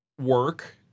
work